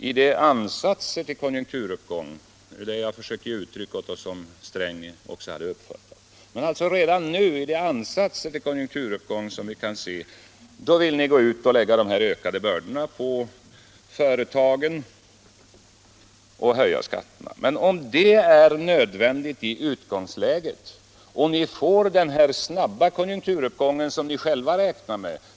Jag har försökt förklara följande, och herr Sträng har uppfattat det: Redan nu, i de ansatser till konjunkturuppgång som vi kan se, vill ni gå ut och lägga ökade bördor på företagen och höja skatterna. Men om detta är nödvändigt i utgångsläget, vad gör ni då om den snabba konjunkturuppgång kommer som ni själva räknar med?